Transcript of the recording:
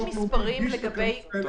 יש מספרים לגבי ---?